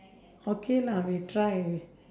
okay lah we try we